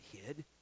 hid